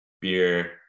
beer